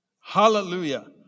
Hallelujah